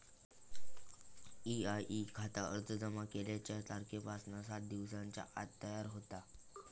EIE खाता अर्ज जमा केल्याच्या तारखेपासना सात दिवसांच्या आत तयार होता